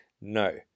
No